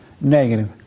Negative